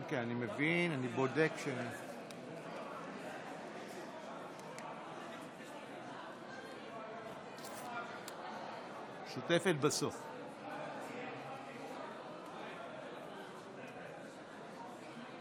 57. לפיכך,